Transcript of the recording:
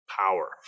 power